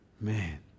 Man